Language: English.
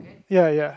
ya ya